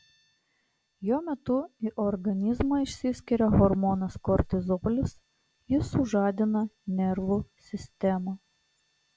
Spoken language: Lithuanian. jo metu į organizmą išsiskiria hormonas kortizolis jis sužadina nervų sistemą